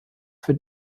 für